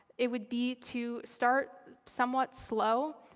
it would be to start somewhat slow,